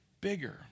bigger